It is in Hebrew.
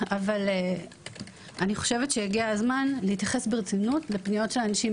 אבל אני חושבת שהגיע הזמן להתייחס ברצינות לפניות של אנשים,